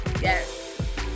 Yes